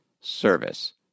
service